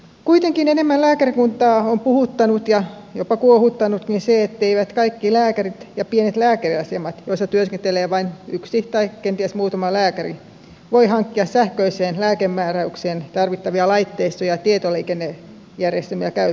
kuitenkin enemmän lääkärikuntaa on puhuttanut ja jopa kuohuttanutkin se etteivät kaikki lääkärit ja pienet lääkäriasemat joissa työskentelee vain yksi tai kenties muutama lääkäri voi hankkia sähköiseen lääkemääräykseen tarvittavia laitteistoja ja tietoliikennejärjestelmiä käyttöönsä